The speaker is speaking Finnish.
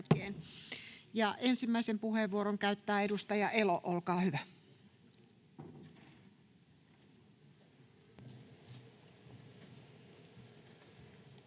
Ensimmäisen puheenvuoron käyttää edustaja Elo, olkaa hyvä.